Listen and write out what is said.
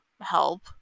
help